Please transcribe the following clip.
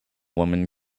women